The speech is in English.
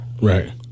Right